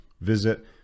Visit